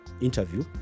interview